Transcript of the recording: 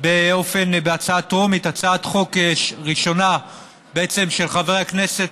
בהצעה טרומית הצעת חוק ראשונה של חבר הכנסת,